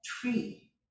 tree